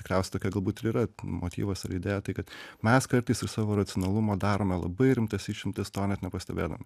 tikriausiai tokia galbūt ir yra motyvas ir idėja tai kad mes kartais iš savo racionalumo darome labai rimtas išimtis to net nepastebėdami